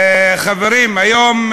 חברים, היום,